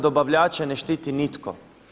Dobavljače ne štiti nitko.